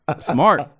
Smart